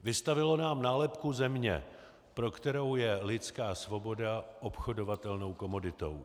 Vystavilo nám nálepku země, pro kterou je lidská svoboda obchodovatelnou komoditou.